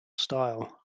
style